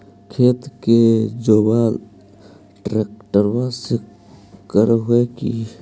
खेत के जोतबा ट्रकटर्बे से कर हू की?